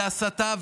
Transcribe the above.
זו הסתה.